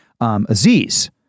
Aziz